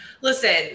Listen